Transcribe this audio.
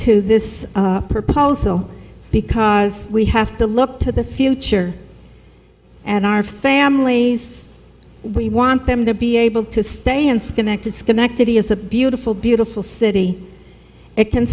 to this proposal because we have to look to the future and our families we want them to be able to stay in schenectady schenectady is a beautiful beautiful city it can